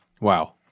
Wow